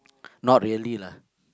not really lah